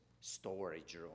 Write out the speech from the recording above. storage